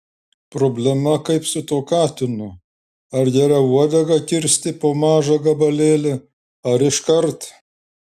problema kaip su tuo katinu ar geriau uodegą kirsti po mažą gabalėlį ar iškart